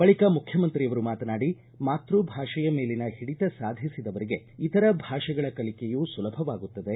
ಬಳಿಕ ಮುಖ್ಡಮಂತ್ರಿಯವರು ಮಾತನಾಡಿ ಮಾತ್ವ ಭಾಷೆಯ ಮೇಲೆ ಹಿಡಿತ ಸಾಧಿಸಿದವರಿಗೆ ಇತರ ಭಾಷೆಗಳ ಕಲಿಕೆಯೂ ಸುಲಭವಾಗುತ್ತದೆ